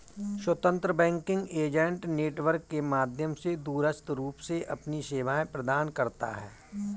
स्वतंत्र banking agent network के माध्यम से दूरस्थ रूप से अपनी सेवाएं प्रदान करता है